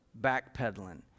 backpedaling